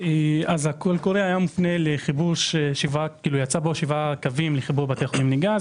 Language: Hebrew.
אז הקול קורא יצאו בו שבעה קווים לחיבור בתי חולים לגז,